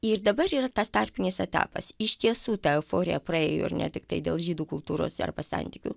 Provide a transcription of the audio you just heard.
ir dabar yra tas tarpinis etapas iš tiesų ta euforija praėjo ir ne tiktai dėl žydų kultūros arba santykių